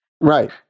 Right